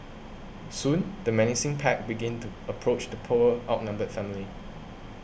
soon the menacing pack begin to approach the poor outnumbered family